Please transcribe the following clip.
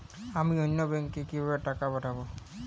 আমি অন্য ব্যাংকে কিভাবে টাকা পাঠাব?